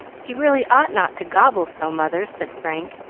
he really ought not to gobble so, mother, said frank,